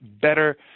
better